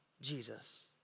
Jesus